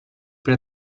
però